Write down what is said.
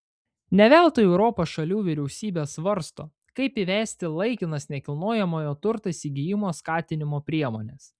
ne veltui europos šalių vyriausybės svarsto kaip įvesti laikinas nekilnojamojo turto įsigijimo skatinimo priemones